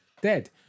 dead